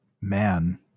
man